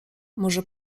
może